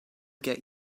get